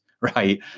right